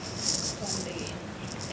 so